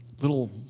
little